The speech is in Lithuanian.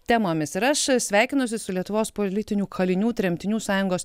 temomis ir aš sveikinuosi su lietuvos politinių kalinių tremtinių sąjungos